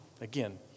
Again